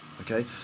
okay